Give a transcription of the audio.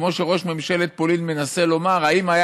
כמו שראש ממשלת פולין מנסה לומר: האם היה